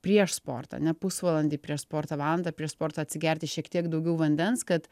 prieš sportą ane pusvalandį prieš sportą valandą prieš sportą atsigerti šiek tiek daugiau vandens kad